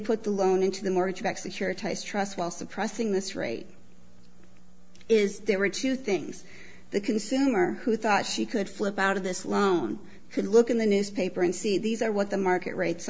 put the loan into the mortgage backed securities trust while suppressing this rate is there were two things the consumer who thought she could flip out of this loan could look in the newspaper and see these are what the market rates